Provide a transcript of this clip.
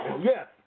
Yes